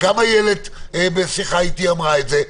גם איילת בשיחה איתי אמרה את זה,